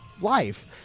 life